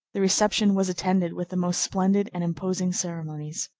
the reception was attended with the most splendid and imposing ceremonies.